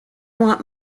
want